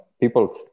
people